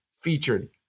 featured